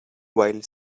while